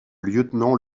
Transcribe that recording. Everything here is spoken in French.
lieutenant